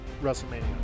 WrestleMania